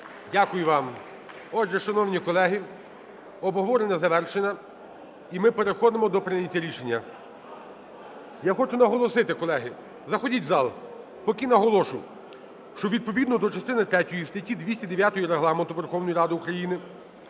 Дякую вам. Отже, шановні колеги, обговорення завершене, і ми переходимо до прийняття рішення. Я хочу наголосити, колеги, заходьте в зал, поки наголошу. Що відповідно до частини третьої статті 209 Регламенту Верховної Ради України